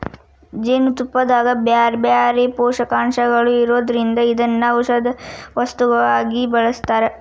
ಜೇನುತುಪ್ಪದಾಗ ಬ್ಯಾರ್ಬ್ಯಾರೇ ಪೋಷಕಾಂಶಗಳು ಇರೋದ್ರಿಂದ ಇದನ್ನ ಔಷದ ವಸ್ತುವಾಗಿ ಬಳಸ್ತಾರ